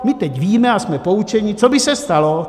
My teď víme a jsme poučeni, co by se stalo.